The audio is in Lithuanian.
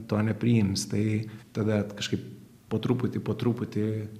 to nepriims tai tada kažkaip po truputį po truputį